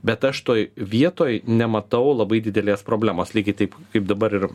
bet aš toj vietoj nematau labai didelės problemos lygiai taip kaip dabar ir